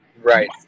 Right